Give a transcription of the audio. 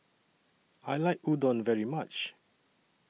I like Udon very much